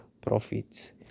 profits